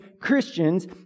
Christians